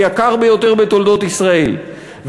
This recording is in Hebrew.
היקר ביותר בתולדות ישראל,